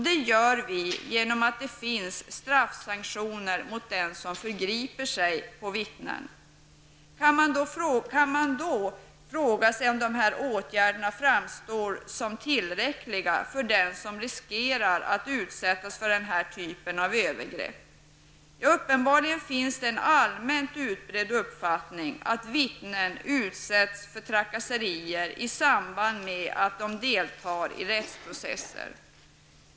Det gör vi genom att det finns straffsanktioner mot den som förgriper sig på vittnen. Man kan då fråga sig om dessa åtgärder framstår som tillräckliga för dem som riskerar att utsättas för den typen av övergrepp. Uppenbarligen finns det en allmänt utbredd uppfattning att vittnen utsätts för trakasserier i samband med att de deltar i rättsprocesser.